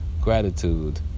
gratitude